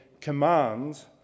commands